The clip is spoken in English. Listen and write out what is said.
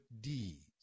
deeds